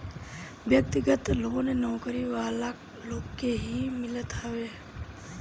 व्यक्तिगत लोन नौकरी वाला लोग के ही मिलत हवे